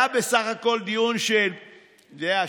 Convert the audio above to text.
היה בסך הכול דיון של שעתיים-שלוש,